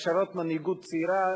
הכשרות מנהיגות צעירה,